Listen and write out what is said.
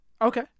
Okay